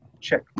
check